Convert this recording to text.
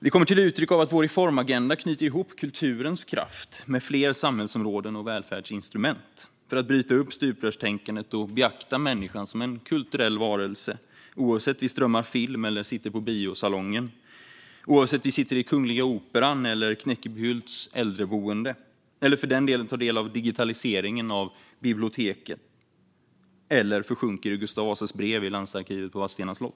Det kommer till uttryck i att vår reformagenda knyter ihop kulturens kraft med fler samhällsområden och välfärdsinstrument för att bryta upp stuprörstänkandet och beakta människan som en kulturell varelse, oavsett om vi strömmar film eller sitter i biosalongen, oavsett om vi sitter på Kungliga Operan eller Knäckebyhults äldreboende och, för den delen, oavsett om vi tar del av digitaliseringen av biblioteken eller försjunker i Gustav Vasas brev i landsarkivet på Vadstena slott.